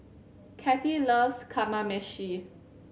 Kattie loves Kamameshi